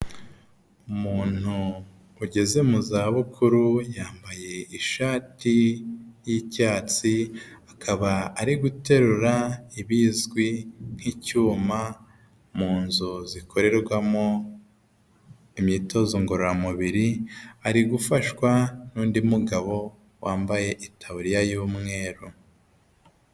Umuntu ugeze mu za bukuru yambaye ishati y'icyatsi akaba ari guterura ibizwi nk'icyuma mu nzu zikorerwamo imyitozo ngororamubiri ari gufashwa n'undi mugabo wambaye itaburiya y'umweru.